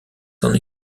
son